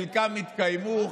חלקם התקיימו,